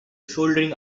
soldering